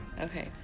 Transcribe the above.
okay